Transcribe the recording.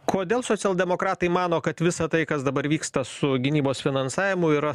kodėl socialdemokratai mano kad visa tai kas dabar vyksta su gynybos finansavimu yra